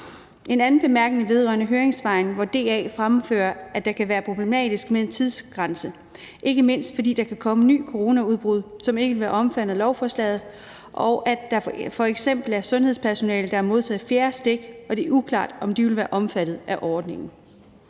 en anden bemærkning vedrørende høringssvarene, hvor DA fremfører, at det kan være problematisk med en tidsgrænse, ikke mindst fordi der kan komme nye coronaudbrud, som ikke er omfattet af lovforslaget, og at der f.eks. er sundhedspersonale, der har modtaget det fjerde stik, og det er uklart, om de vil være omfattet af ordningen.